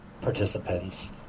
participants